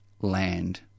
land